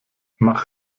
mach